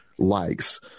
likes